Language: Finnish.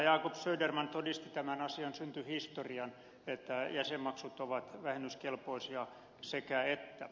jacob söderman todisti tämän asian syntyhistorian että jäsenmaksut ovat vähennyskelpoisia sekä että